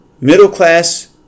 middle-class